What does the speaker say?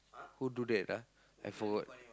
who do that ah I forgot